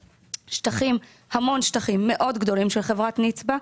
יש המון שטחים מאוד גדולים של חברת "נצבא",